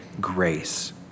grace